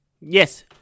Yes